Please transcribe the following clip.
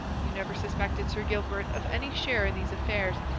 you never suspected sir gilbert of any share in these affairs,